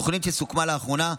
התוכנית, שסוכמה לאחרונה,